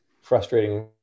frustrating